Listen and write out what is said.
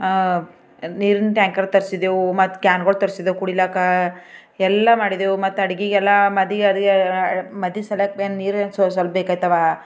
ನೀರಿನ್ ಟ್ಯಾಂಕರ್ ತರಿಸಿದ್ದೆವು ಮತ್ತೆ ಕ್ಯಾನ್ಗಳು ತರಿಸಿದ್ದೆವು ಕುಡಿಲಾಕ್ಕ ಎಲ್ಲ ಮಾಡಿದ್ದೆವು ಮತ್ತೆ ಅಡುಗೆಗೆಲ್ಲ ಮದಿ ನೀರು ಸ್ವಸ್ವಲ್ಪ ಬೇಕಾಯ್ತವ